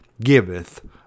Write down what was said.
giveth